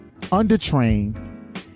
undertrained